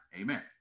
Amen